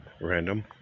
random